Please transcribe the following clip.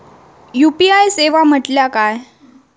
UPI सेवा म्हटल्या काय?